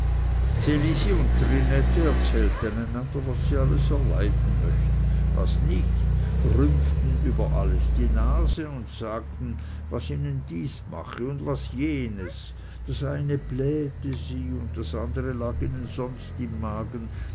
erzählten einander was sie alles erleiden möchten was nicht rümpften über alles die nase und sagten was ihnen dies mache und was jenes das eine blähte sie und das andere lag ihnen sonst im magen